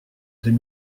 deux